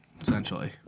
essentially